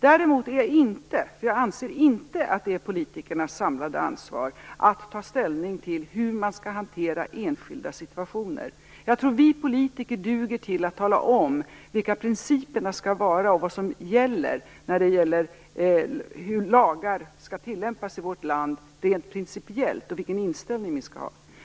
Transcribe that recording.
Däremot anser jag inte att det är politikernas samlade ansvar att ta ställning till hur man skall hantera enskilda situationer. Jag tror att vi politiker duger till att tala om vilka principerna skall vara, hur lagar skall tillämpas i vårt land rent principiellt och vilken inställning vi skall ha.